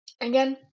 again